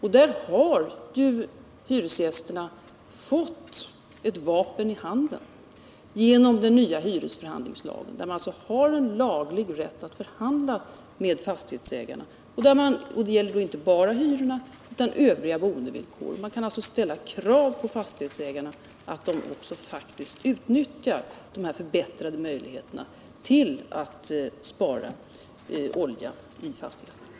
Här har hyresgästerna nu fått ett vapen i handen genom den nya hyresförhandlingslagen. De har en laglig rätt att förhandla med fastighetsägarna, och det gäller då inte bara hyrorna utan också övriga boendevillkor. De kan alltså ställa krav på fastighetsägarna att dessa utnyttjar de förbättrade möjligheterna att spara olja i fastigheterna.